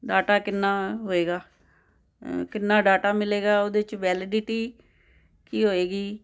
data ਕਿੰਨਾ ਹੋਵੇਗਾ ਕਿੰਨਾ ਡਾਟਾ ਮਿਲੇਗਾ ਉਹਦੇ 'ਚ ਵੈਲਡਿਟੀ ਕੀ ਹੋਵੇਗੀ